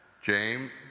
James